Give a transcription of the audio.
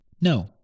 No